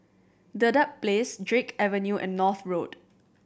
Dedap Place Drake Avenue and North Road